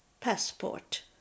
passport